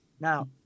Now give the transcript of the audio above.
Now